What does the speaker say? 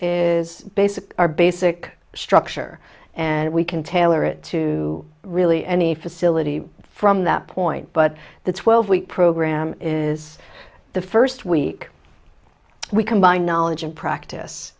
is basic our basic structure and we can tailor it to really any facility from that point but the twelve week program is the first week we combine knowledge and practice